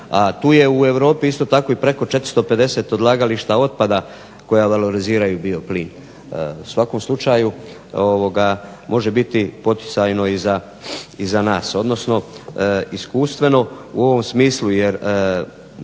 A tu je u Europi isto tako i preko 450 odlagališta otpada koja valoriziraju bioplin. U svakom slučaju može biti poticajno i za nas, odnosno iskustveno u ovom smislu jer